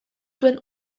zuen